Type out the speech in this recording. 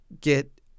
get